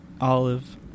Olive